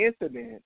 incident